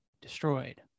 destroyed